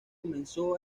comenzó